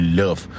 love